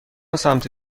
سمت